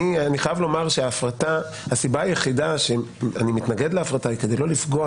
אני חייב לומר שהסיבה היחידה שאני מתנגד להפרטה היא כדי לא לפגוע